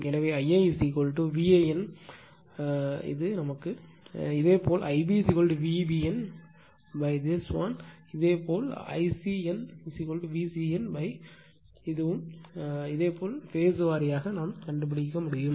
எனவே Ia VAN இது ஒன்று இதேபோல் Ib VBN this one இதேபோல் Ic n VCN இதுவும் இதேபோல் பேஸ் வாரியாக கண்டுபிடிக்க முடியும்